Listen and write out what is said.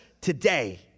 today